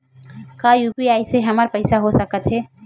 का यू.पी.आई से हमर पईसा हो सकत हे?